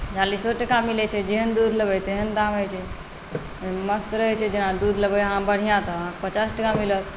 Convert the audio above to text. चालीसो टाका मिलैत छै जेहन दूध लेबै तेहन दाम होइत छै मस्त रहैत छै जेना दूध लेबै अहाँ बढ़िआँ तऽ अहाँकेँ पचास टाका मिलत